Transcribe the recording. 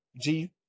G-